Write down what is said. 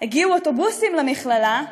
הגיעו אוטובוסים למכללה,